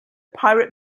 pirate